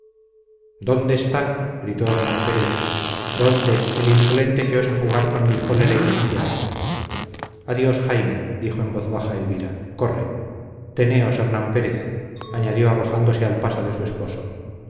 dónde está gritó hernán pérez dónde el insolente que osa jugar con mi cólera y desafiarla adiós jaime dijo en voz baja elvira corre teneos hernán pérez añadió arrojándose al paso de su esposo